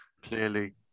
clearly